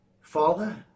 Father